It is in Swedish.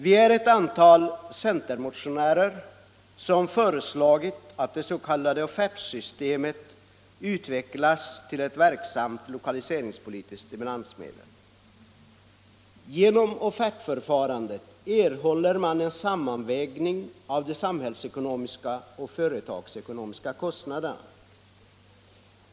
Vi är ett antal centermotionärer som föreslagit att det s.k. offertsystemet utvecklas till ett verksamt lokaliseringspolitiskt stimulansmedel. Genom offertförfarandet erhåller man en sammanvägning av de samhällsekonomiska och företagsekonomiska kostnaderna.